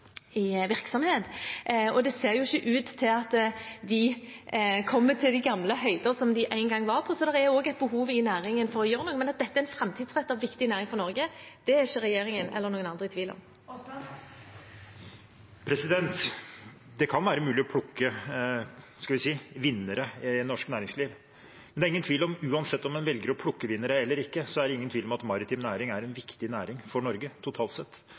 virksomhet, og det ser jo ikke ut til at de kommer til de gamle høyder som de en gang var på. Så det er også et behov i næringen for å gjøre noe. Men at dette er en framtidsrettet og viktig næring for Norge, er ikke regjeringen eller noen andre i tvil om. Det kan være mulig å plukke – hva skal vi si – vinnere i norsk næringsliv. Men uansett om man velger å plukke vinnere eller ikke, er det ingen tvil om at maritim næring er en viktig næring for Norge totalt sett.